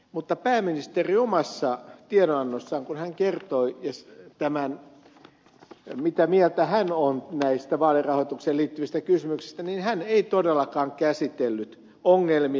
mutta pääministeri omassa tiedonannossaan kun hän kertoi mitä mieltä hän on näistä vaalirahoitukseen liittyvistä kysymyksistä ei todellakaan käsitellyt ongelmia